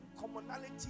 Commonality